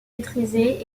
maîtrisé